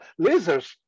lasers